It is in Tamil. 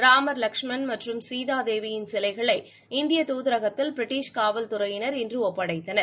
ராமர் லஷ்மண் மற்றும் சீதா தேவியின் சிலைகளை இந்திய தூதரகத்தில் பிரிட்டிஷ் காவல் துறையினர் இன்று ஒப்படைத்தனர்